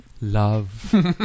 Love